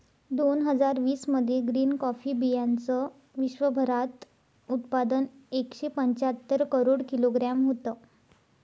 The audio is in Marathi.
दोन हजार वीस मध्ये ग्रीन कॉफी बीयांचं विश्वभरात उत्पादन एकशे पंच्याहत्तर करोड किलोग्रॅम होतं